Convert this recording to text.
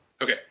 Okay